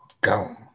Go